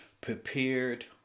prepared